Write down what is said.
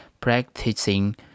practicing